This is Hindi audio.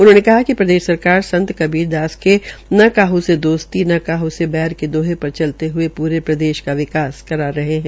उन्होंने कहा कि प्रदेश सरकार संत कबीरदास के न काह से दोस्ती न काह से बैर के दोहे पर चलते हए पूरे प्रदेश का विकास करा रहे हैं